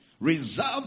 reserved